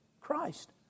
Christ